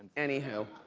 anywho,